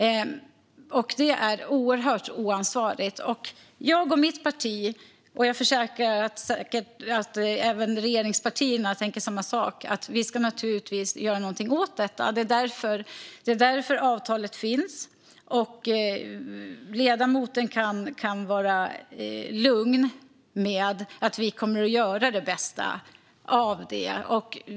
Det är oerhört oansvarigt. Jag och mitt parti, och jag försäkrar att även regeringspartierna tänker samma sak, ska naturligtvis göra något åt detta. Det är därför avtalet finns. Ledamoten kan vara lugn med att vi kommer att göra det bästa av detta.